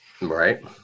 right